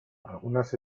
algunas